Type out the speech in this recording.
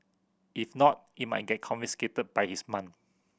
if not it might get confiscated by his mum